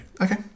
Okay